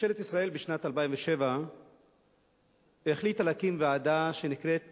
ממשלת ישראל החליטה בשנת 2007 להקים ועדה שנקראת